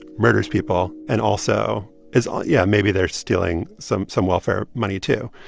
murders people and also is yeah, maybe they're stealing some some welfare money too.